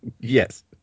Yes